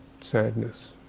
sadness